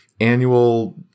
Annual